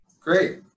great